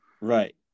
Right